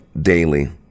daily